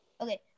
Okay